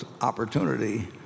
opportunity